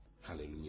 Hallelujah